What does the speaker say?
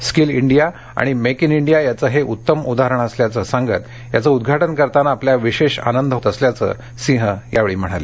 skill India आणि make in India याचं हे उत्तम उदाहरण असल्याचं सांगत याचं उद्घाटन करताना आपल्याला विशेष आनंद होत असल्याचं सिंह यावेळी म्हणाले